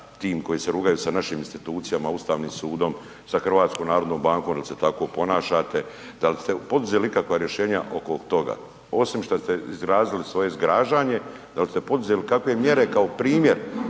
tim koji se rugaju sa našim institucijama, Ustavnim sudom, sa Hrvatskom narodnom bankom jer se tako ponašate, dal' ste poduzeli ikakva rješenja oko toga, osim što ste izrazili svoje zgražanje, dal' ste poduzeli kakve mjere kao primjer